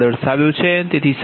1560 j0